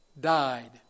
died